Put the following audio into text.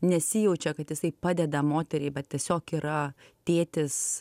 nesijaučia kad jisai padeda moteriai bet tiesiog yra tėtis